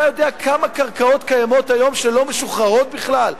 אתה יודע כמה קרקעות קיימות היום שלא משוחררות בכלל?